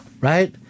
right